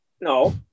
No